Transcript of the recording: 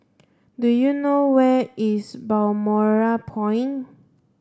do you know where is Balmoral Point